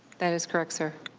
that is correct, sir.